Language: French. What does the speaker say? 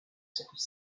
cette